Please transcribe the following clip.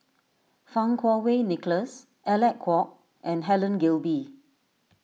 Fang Kuo Wei Nicholas Alec Kuok and Helen Gilbey